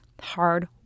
hard